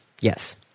Yes